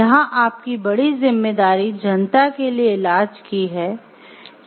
यहां आपकी बड़ी जिम्मेदारी जनता के लिए इलाज की है